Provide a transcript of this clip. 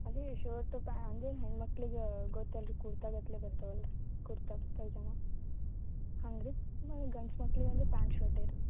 ಅದೇ ಶರ್ಟು ಪ್ಯಾ ಅಂದರೆ ಹೆಣ್ಣು ಮಕ್ಕಳಿಗೆ ಗೊತ್ತಲ್ಲ ರೀ ಕುರ್ತಾ ಗಟ್ಟಲೇ ಬರ್ತಾವಲ್ಲ ರೀ ಕುರ್ತಾ ಪೈಜಾಮ ಹಂಗೆ ರೀ ಇನ್ನು ಗಂಡ್ಸು ಮಕ್ಳಿಗೆ ಅಂದ್ರೆ ಪ್ಯಾಂಟ್ ಶರ್ಟೇ ರೀ